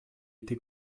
été